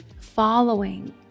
following